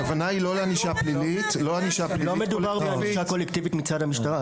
לא מדובר בענישה קולקטיבית מצד המשטרה.